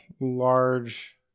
large